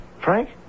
Frank